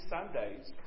Sundays